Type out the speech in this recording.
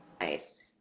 Nice